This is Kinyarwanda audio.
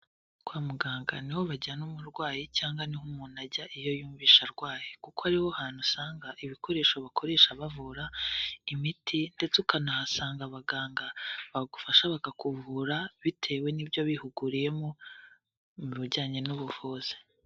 Kwa muganga ni ho bajyana umurwayi cyangwa ni ho umuntu ajya iyo yumvishe arwaye. Kuko ariho hantu usanga ibikoresho bakoresha bavura, imiti, ndetse ukanahasanga abaganga, bagufasha bakakuvura, bitewe n'ibyo bihuguriyemo mu bijyanye n'ubuvuzi.